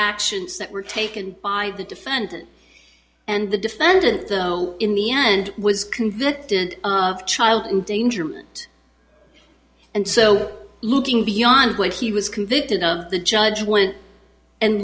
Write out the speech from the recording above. actions that were taken by the defendant and the defendant though in the end was convicted of child endangerment and so looking beyond what he was convicted of the judge went and